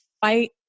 fight